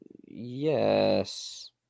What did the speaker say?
Yes